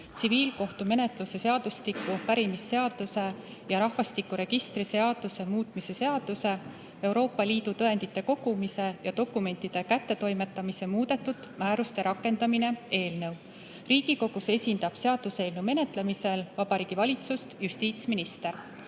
tsiviilkohtumenetluse seadustiku, pärimisseaduse ja rahvastikuregistri seaduse muutmise seaduse (Euroopa Liidu tõendite kogumise ja dokumentide kättetoimetamise muudetud määruste rakendamine) eelnõu. Riigikogus esindab seaduseelnõu menetlemisel Vabariigi Valitsust justiitsminister.